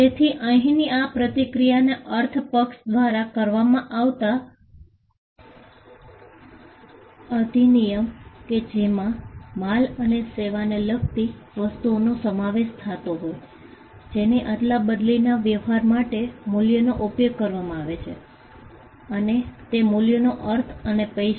તેથી અહીંની આ પ્રતિક્રિયાનો અર્થ પક્ષ દ્વારા કરવામાં આવતા અધિનિયમ કે જેમાં માલ અને સેવાને લગતી વસ્તુઓનો સમાવેશ થાતો હોય જેની અદલાબદલીના વ્યવહાર માટે મૂલ્યનો ઉપયોગ કરવામાં આવે છે અને તે મૂલ્યનો અર્થ એટલે પૈસા